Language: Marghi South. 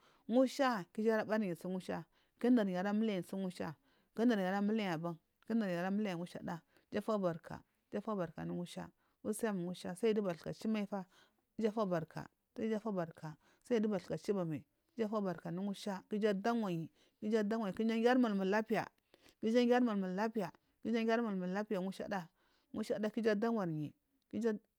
Ngusha iju afubarka ku ununyi ara muliyi su ngusha ku unuriyi ara muliyi su ngusha ku unuuyi ara muleyi aban ku unuriyi ara muliyi ngusha iju afubarka iju afubarka anu ngusha usim ngusha sayi giyu bathka chu mafia iju afubarka iju afubarka sayi yi bathka chiba mai iju afuba ka anu ngusha ku iju adawayi ku iju adawayi ku iju agiyari mulmu lapiya ki iju agiyari mulmu lapiya ku iju agiyare mulmu du lapiya ngushada ku iju ada wanyi ku iju